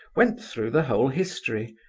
went through the whole history,